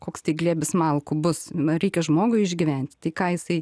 koks tai glėbis malkų bus nu reikia žmogui išgyvent tai ką jisai